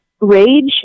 rage